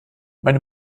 meine